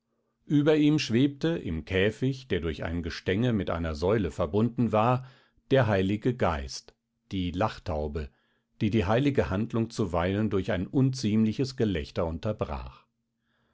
über ihm schwebte im käfig der durch ein gestänge mit einer säule verbunden war der heilige geist die lachtaube die die heilige handlung zuweilen durch ein unziemliches gelächter unterbrach